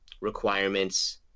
requirements